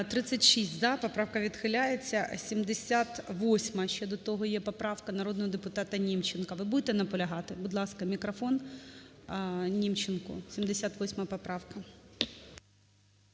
36 "за", поправка відхиляється. 78-а. Ще до того є поправка народного депутата Німченка. Ви будете наполягати? Будь ласка, мікрофон Німченку, 78 поправка.